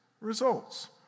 results